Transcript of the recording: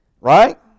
Right